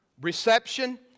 reception